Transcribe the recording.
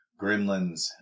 Gremlins